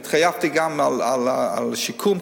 התחייבתי גם על שיקום,